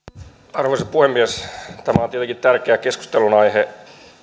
arvoisa puhemies tämä on tietenkin tärkeä keskustelunaihe